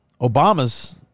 Obama's